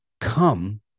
come